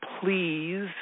please